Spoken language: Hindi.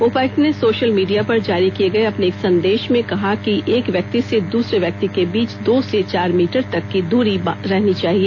उपायुक्त ने सोशल मीडिया पर जारी किये गए अपने एक सन्देश में कहा कि एक व्यक्ति से दूसरे व्यक्ति के बीच दो से चार मीटर तक की दूरी रहनी चाहिए